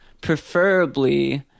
Preferably